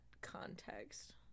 context